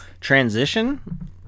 Transition